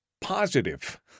positive